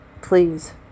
Please